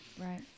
Right